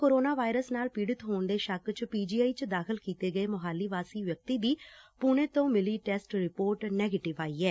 corona virus ਨਾਲ ਪੀੜਤ ਹੋਣ ਦੇ ਸ਼ੱਕ ਚ ਪੀ ਜੀ ਆਈ ਚ ਦਾਖਲ ਕੀਤੇ ਗਏ ਮੋਹਾਲੀ ਵਾਸੀ ਵਿਅਕਤੀ ਦੀ ਪੁਣੇ ਤੋਂ ਮਿਲੀ ਟੈਸਟ ਰਿਪੋਰਟ ਨਗੇਟਿਵ ਆਈ ਏ